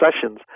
sessions